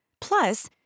Plus